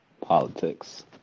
politics